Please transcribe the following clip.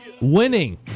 Winning